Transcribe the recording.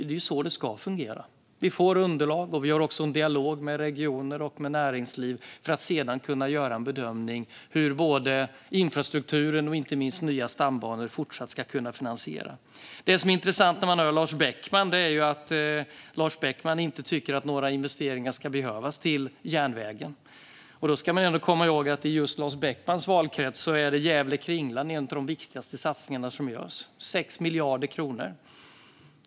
Det är så det ska fungera - vi får underlag, och vi har också en dialog med regioner och med näringsliv för att sedan kunna göra en bedömning av hur infrastrukturen och inte minst nya stambanor ska kunna finansieras i fortsättningen. Det som är intressant när man hör Lars Beckman är ju att han inte tycker att några investeringar behövs till järnvägen. Då ska man komma ihåg att Gävle-Kringlan i just Lars Beckmans valkrets är en av de viktigaste satsningar som görs - det handlar om 6 miljarder kronor.